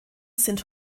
sind